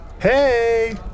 Hey